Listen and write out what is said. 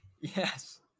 Yes